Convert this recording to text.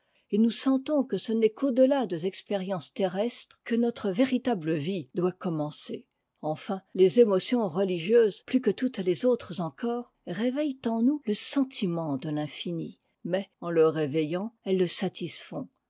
et nous sentons que ce n'est qu'au delà des expériences terrestres que notre véritable vie doit commencer enfin les émotions religieuses plus que toutes les autres encore réveillent en nous le sentiment de l'infini mais en le réveillant elles le